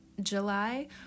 July